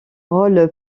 rôle